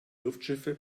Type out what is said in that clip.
luftschiffe